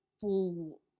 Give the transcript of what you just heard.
full